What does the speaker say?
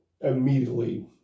immediately